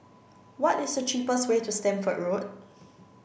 what is the cheapest way to Stamford Road